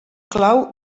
clau